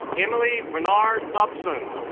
emily bernard upson